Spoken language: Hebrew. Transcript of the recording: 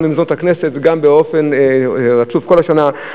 במסדרונות הכנסת באופן רצוף כל השנה.